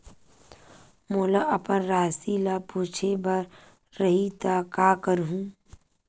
मोला अपन राशि ल पूछे बर रही त का करहूं?